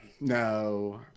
No